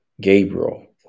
Gabriel